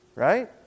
right